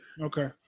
Okay